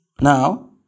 Now